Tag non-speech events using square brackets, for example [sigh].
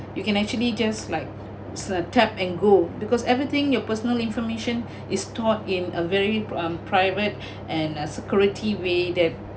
you can actually just like is a tap and go because everything your personal information [breath] is stored in a very um private [breath] and uh security way that